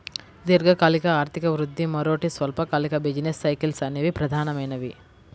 దీర్ఘకాలిక ఆర్థిక వృద్ధి, మరోటి స్వల్పకాలిక బిజినెస్ సైకిల్స్ అనేవి ప్రధానమైనవి